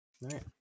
right